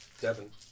Devin